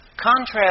Contrast